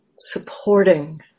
supporting